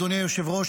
אדוני היושב-ראש,